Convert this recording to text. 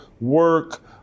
work